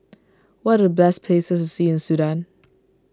what are the best places to see in Sudan